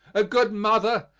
a good mother,